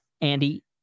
Andy